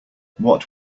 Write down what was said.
what